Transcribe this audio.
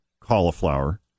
cauliflower